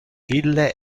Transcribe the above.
ille